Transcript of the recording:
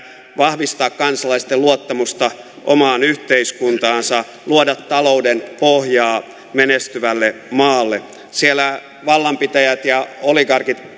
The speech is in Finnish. vahvistaa kansalaisten luottamusta omaan yhteiskuntaansa luoda talouden pohjaa menestyvälle maalle siellä vallanpitäjät ja oligarkit